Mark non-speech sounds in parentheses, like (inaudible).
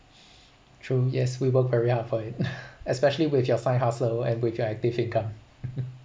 true yes we will very up for it (noise) especially with your side hustle and with your active income (laughs)